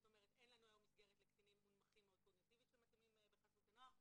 זאת אומרת אין לנו היום מסגרת לקטינים מונמכים קוגניטיבית בחסות הנוער.